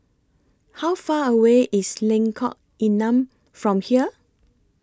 How Far away IS Lengkok Enam from here